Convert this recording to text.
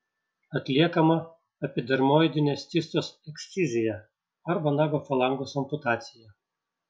atliekama epidermoidinės cistos ekscizija arba nago falangos amputacija